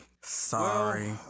Sorry